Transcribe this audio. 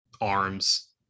arms